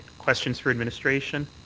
questions for administration?